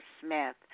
Smith